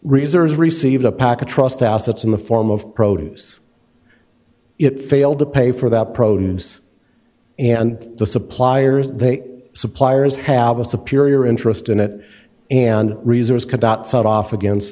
reserves received a package trust assets in the form of produce it failed to pay for that produce and the suppliers they suppliers have us appear interested in it and reserves cut off against